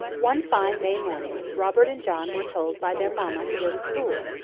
one fine may morning, robert and john were told by their mamma to go to school.